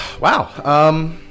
Wow